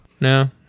No